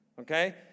Okay